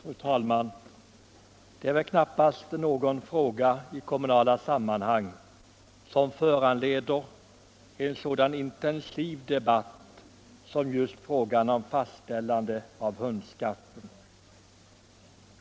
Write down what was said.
Fru talman! Det är väl i kommunala sammanhang knappast någon fråga som föranleder en så intensiv debatt som frågan om fastställande av hundskatten.